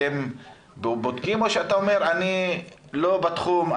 אתם בודקים או שאתה אומר: אני לא בתחום,